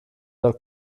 dal